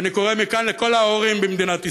ואני קורא מכאן לכל ההורים במדינת ישראל,